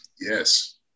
Yes